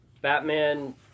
Batman